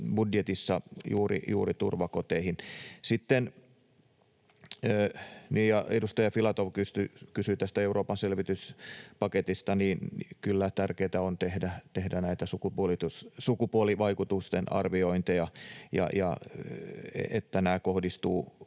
budjetissa juuri turvakoteihin. Niin, ja edustaja Filatov kysyi tästä Euroopan elvytyspaketista. Kyllä, tärkeää on tehdä näitä sukupuolivaikutusten arviointeja ja katsoa, että nämä kohdistuvat